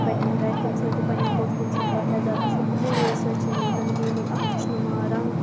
پننٮ۪ن گرِکین سۭتۍ تہِ پَننٮ۪ن دوستن سۭتۍ تہِ واریاہ زیادٕ اَصٕل أمویو سۭتۍ چھِ میٲنۍ زَندگی منٛز اکھ خوش نُما رنگ